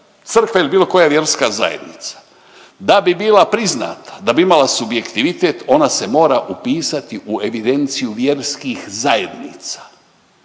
crkva ili bilo koja vjerska zajednica da bi bila priznata, da bi imala subjektivitet onda se mora upisati u evidenciju vjerskih zajednica.